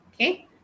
Okay